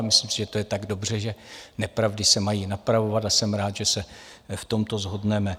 A myslím si, že to je tak dobře, že nepravdy se mají napravovat, a jsem rád, že se v tomto shodneme.